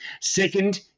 Second